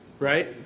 Right